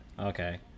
Okay